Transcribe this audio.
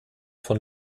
von